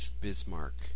Bismarck